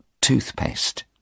toothpaste